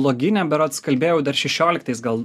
logine berods kalbėjau dar šešioliktais gal